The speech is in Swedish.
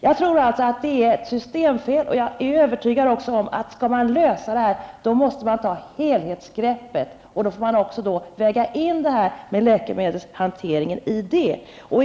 Jag tror alltså att det handlar om systemfel, och jag är övertygad om att man, om man skall lösa detta problem, måste ta helhetsgreppet och samtidigt väga in läkemedelshanteringen däri.